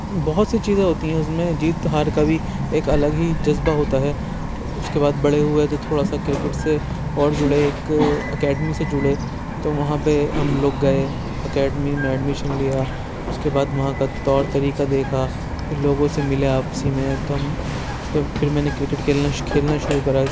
بہت سی چیزیں ہوتی ہیں اُس میں جیت ہار کا بھی ایک الگ ہی جذبہ ہوتا ہے اُس کے بعد بڑے ہوئے تو تھوڑا سا کرکٹ سے اور جُڑے اِک اکیڈمی سے جُڑے تو وہاں پہ ہم لوگ گئے اکیڈمی میں ایڈمیشن لیا اُس کے بعد وہاں کا طور طریقہ دیکھا پھر لوگوں سے مِلے آپسی میں تو ہم جب تو پھر میں نے کرکٹ کھیلنا کھیلنا شروع کرا